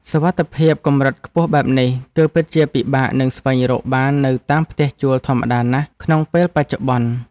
សុវត្ថិភាពកម្រិតខ្ពស់បែបនេះ គឺពិតជាពិបាកនឹងស្វែងរកបាននៅតាមផ្ទះជួលធម្មតាណាស់ក្នុងពេលបច្ចុប្បន្ន។